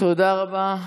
תודה רבה,